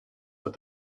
what